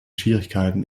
schwierigkeiten